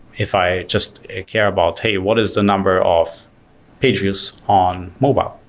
if i just care about hey, what is the number of page views on mobile?